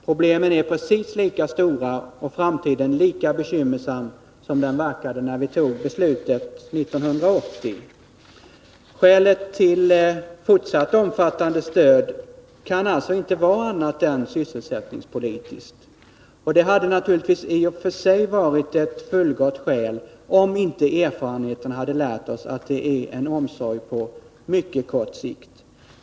Problemen är precis lika stora och framtiden lika bekymmersam som den verkade vara när vi fattade beslutet 1980. ; Skälet till fortsatt omfattande stöd kan alltså inte vara annat än sysselsättningspolitiskt. Det hade naturligtvis i och för sig varit ett fullgott skäl, om inte erfarenheterna hade lärt oss att det är en omsorg på mycket kort sikt.